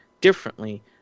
differently